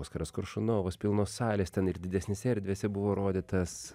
oskaras koršunovas pilnos salės ten ir didesnėse erdvėse buvo rodytas